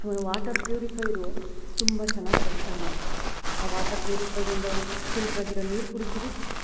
water purifier ತುಂಬ ಚೆನ್ನಾಗಿ ಕೆಲಸ ಮಾಡುತ್ತೆ ಆ ವಾಟರ್ ಪ್ಯೂರಿಫೈರ್ಯಿಂದ ಫಿಲ್ಟ್ರ್ ಆಗಿರೋ ನೀರು ಕುಡಿತೀವಿ